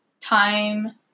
time